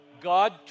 God